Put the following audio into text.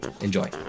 enjoy